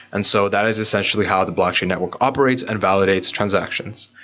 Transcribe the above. and so that is essentially how the blockchain network operates and validates transactions.